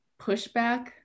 pushback